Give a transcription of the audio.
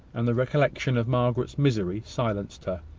and the recollection of margaret's misery, silenced her.